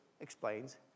explains